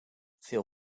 veel